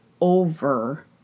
over